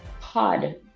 pod